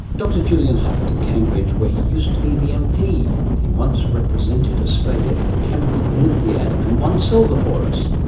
dr julian huppert in cambridge where he used to be the mp. he once represented australia in the chemical olympiad and won silver for us